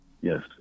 Yes